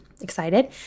excited